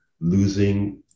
losing